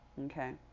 okay